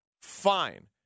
Fine